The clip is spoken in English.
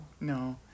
No